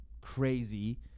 crazy